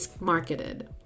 marketed